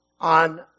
On